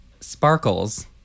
sparkles